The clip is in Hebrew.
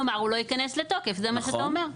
כלומר, הוא לא ייכנס לתוקף זה מה שאתה אומר?